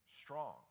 strong